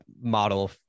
model